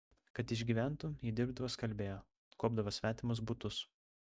kad išgyventų ji dirbdavo skalbėja kuopdavo svetimus butus